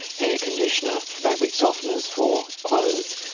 hair conditioner, fabric softeners for clothes.